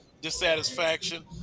dissatisfaction